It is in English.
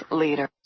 leader